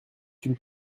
une